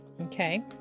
Okay